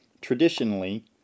Traditionally